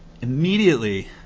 Immediately